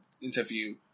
interview